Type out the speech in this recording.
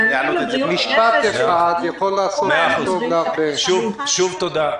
שוב תודה.